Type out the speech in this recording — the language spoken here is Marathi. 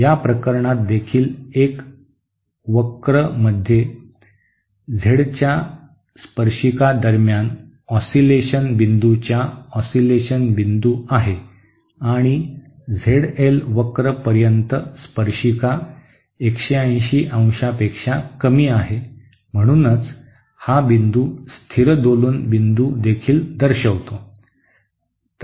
या प्रकरणात देखील एक वक्र मध्ये Z च्या स्पर्शिका दरम्यान ओसीलेशन बिंदूच्या ओसीलेशन बिंदू आहे आणि झेड एल वक्र पर्यंत स्पर्शिका 180 अंशापेक्षा कमी आहे म्हणूनच हा बिंदू स्थिर दोलन बिंदू देखील दर्शवितो